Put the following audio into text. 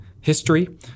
history